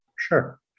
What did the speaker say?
sure